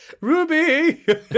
Ruby